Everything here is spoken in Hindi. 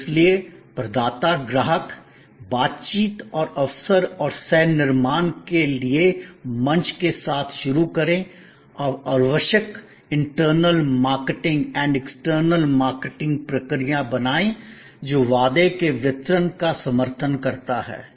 और इसलिए प्रदाता ग्राहक बातचीत और अवसर और सह निर्माण के लिए मंच के साथ शुरू करें और आवश्यक internal marketing and external marketing प्रक्रिया बनाएं जो वादे के वितरण का समर्थन करता है